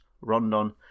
Rondon